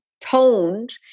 toned